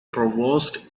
provost